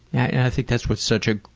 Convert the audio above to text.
i think that's what's such a